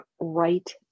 right